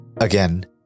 Again